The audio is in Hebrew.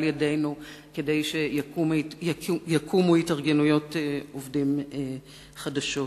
ידנו כדי שיקומו התארגנויות עובדים חדשות.